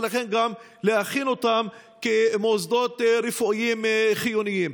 ולכן גם יש להכין אותם כמוסדות רפואיים חיוניים.